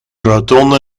rotonde